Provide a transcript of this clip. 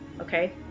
okay